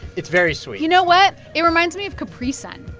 it's very sweet you know what? it reminds me of capri sun.